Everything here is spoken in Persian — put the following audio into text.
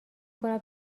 کند